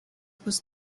was